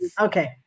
Okay